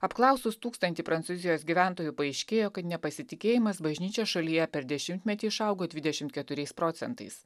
apklausus tūkstantį prancūzijos gyventojų paaiškėjo kad nepasitikėjimas bažnyčia šalyje per dešimtmetį išaugo dvidešimt keturiais procentais